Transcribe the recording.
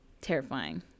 Terrifying